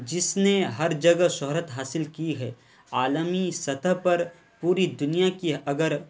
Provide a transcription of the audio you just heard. جس نے ہر جگہ شہرت حاصل کی ہے عالمی سطح پر پوری دنیا کی اگر